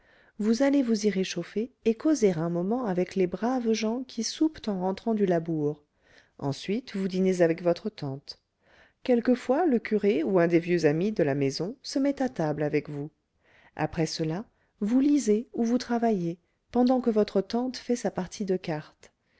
vous allez vous y réchauffer et causer un moment avec les braves gens qui soupent en rentrant du labour ensuite vous dînez avec votre tante quelquefois le curé ou un des vieux amis de la maison se met à table avec vous après cela vous lisez ou vous travaillez pendant que votre tante fait sa partie de cartes